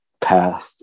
path